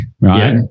right